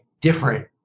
different